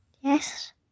Yes